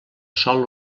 sòl